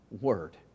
Word